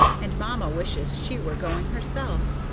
and mamma wishes she were going herself.